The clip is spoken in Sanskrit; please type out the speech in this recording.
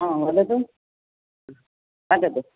वदतु वदतु